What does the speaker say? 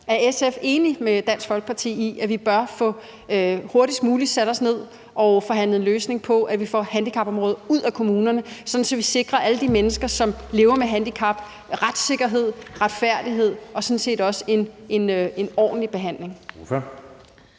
Er SF enige med Dansk Folkeparti i, at vi hurtigst muligt bør få sat os ned og forhandlet en løsning, i forhold til at vi får handicapområdet ud af kommunerne, sådan at vi sikrer alle de mennesker, som lever med handicap, retssikkerhed, retfærdighed og sådan set også en ordentlig behandling?